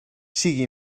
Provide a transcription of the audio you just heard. siga